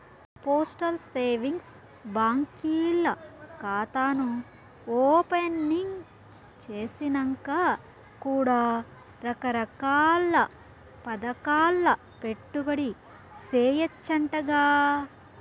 postal savings బాంకీల్ల కాతాను opening సేసినంక కూడా రకరకాల్ల పదకాల్ల పెట్టుబడి సేయచ్చంటగా